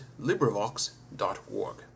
LibriVox.org